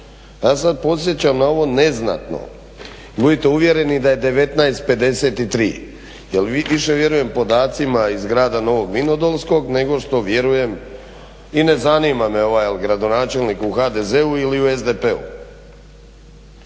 Ja sad podsjećam na ovo neznatno. Budite uvjereni da je 19,53 jel vi više vjerujem podacima iz grada Novog Vinodolskog nego što vjerujem i ne zanima me jel gradonačelnik u HDZ-u ili SDP-u,